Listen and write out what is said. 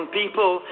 people